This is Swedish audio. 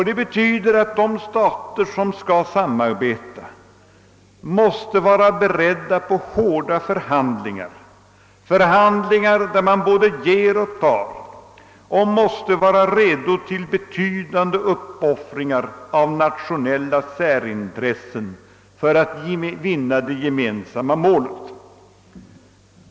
Det betyder att de stater som skall samarbeta måste vara beredda på hårda förhandlingar, där man både ger och tar, och måste vara redo till betydande uppoffringar av nationella särintressen för att vinna det gemensamma målet.